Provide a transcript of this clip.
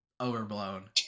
overblown